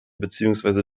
beziehungsweise